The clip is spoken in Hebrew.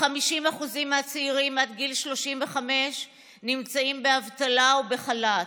כ-50% מהצעירים עד גיל 35 נמצאים באבטלה או בחל"ת.